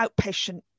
outpatient